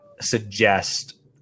suggest